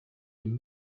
dem